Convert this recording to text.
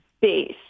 base